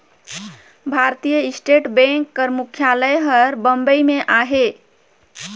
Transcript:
भारतीय state bank कर मुख्यालय हर बंबई में अहे